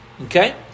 Okay